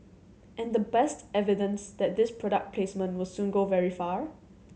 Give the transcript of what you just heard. and the best evidence that this product placement will soon go very far